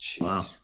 Wow